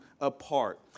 apart